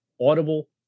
Audible